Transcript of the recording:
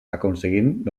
aconseguint